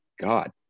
God